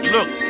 Look